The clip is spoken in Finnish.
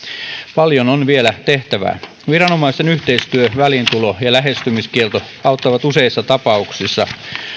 paljon on vielä tehtävää viranomaisten yhteistyö väliintulo ja lähestymiskielto auttavat useissa tapauksissa